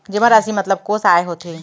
जेमा राशि मतलब कोस आय होथे?